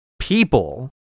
people